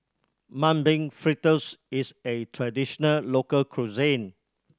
Mung Bean Fritters is a traditional local cuisine